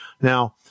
Now